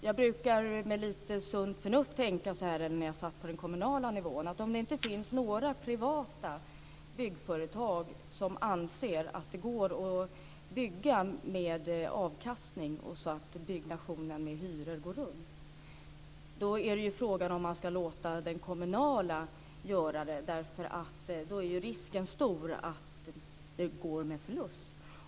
Jag brukade med lite sunt förnuft tänka så här när jag arbetade på den kommunala nivån: Om det inte finns några privata byggföretag som anser att det går att bygga med avkastning så att byggnationen med hyror går runt, så är frågan om man ska låta det kommunala byggföretaget göra det, därför att då är ju risken stor att det går med förlust.